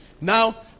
Now